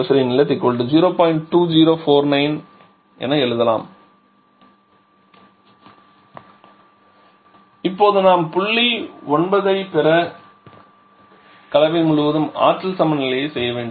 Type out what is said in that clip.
2049 என எழுதலாம் இப்போது நாம் புள்ளி 9 ஐப் பெற கலவை முழுவதும் ஆற்றல் சமநிலையைச் செய்ய வேண்டும்